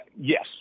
Yes